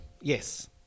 Yes